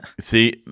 See